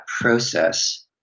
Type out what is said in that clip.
process